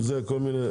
זה, כל מיני?